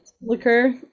liquor